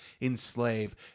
enslave